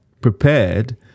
prepared